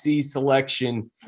selection